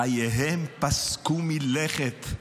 חייהם פסקו מלכת.